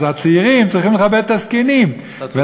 אז הצעירים צריכים לכבד את הזקנים, אתה צודק.